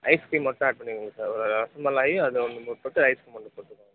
ice cream மட்டும் add பண்ணிக்கோங்க sir rasmalai அது ஒன்று போட்டு ஐஸ்கிரீம் ஒன்று போட்டுக்கோங்க